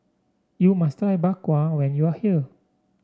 you must try Bak Kwa when you are here